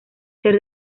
ser